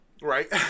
right